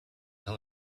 tell